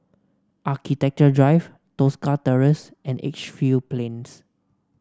Architecture Drive Tosca Terrace and Edgefield Plains